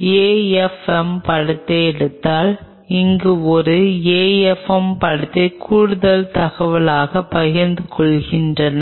ஒரு AFM படத்தை எடுத்தால் இது ஒரு AFM படத்தை கூடுதல் தகவலாக பகிர்ந்து கொள்கிறேன்